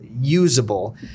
usable